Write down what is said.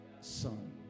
son